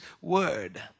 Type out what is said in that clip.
word